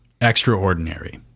extraordinary